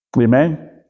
Amen